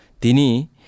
Dini